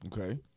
Okay